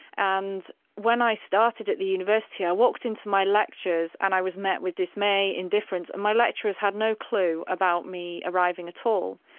and when i started at the university i walked in to my lectures and i was met with dismay, indifference and my lecturers had no clue about me arriving at all.